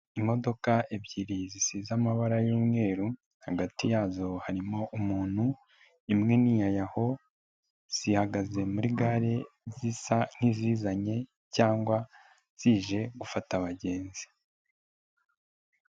Imodoka ebyiri zisize amabara y'umweru, hagati yazo harimo umuntu, imwe n'iya Yaho, zihagaze muri gare zisa nk'izizanye cyangwa zije gufata abagenzi.